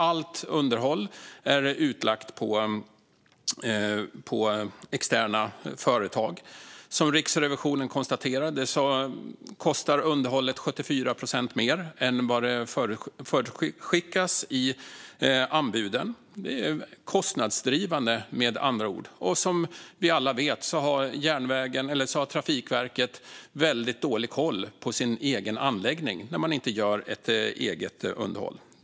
Allt underhåll är utlagt på externa företag. Riksrevisionen konstaterade att underhållet kostar 74 procent mer än vad som förutskickas i anbuden. Det är med andra ord kostnadsdrivande. Som vi alla vet har Trafikverket också dålig koll på sin egen anläggning, eftersom de inte gör det egna underhållet.